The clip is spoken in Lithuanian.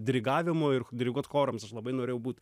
dirigavimo ir diriguot chorams aš labai norėjau būt